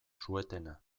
suetena